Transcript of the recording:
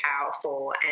powerful